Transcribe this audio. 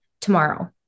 tomorrow